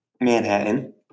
Manhattan